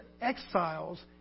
exiles